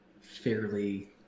fairly